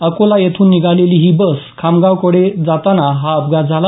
अकोला येथून निघालेली ही बस खामगावकडे जाताना हा अपघात झाला